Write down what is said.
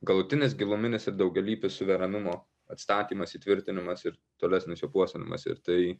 galutinis giluminis ir daugialypis suverenumo atstatymas įtvirtinimas ir tolesnis jo puoselėjimas ir tai